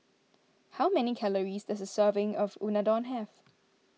how many calories does a serving of Unadon have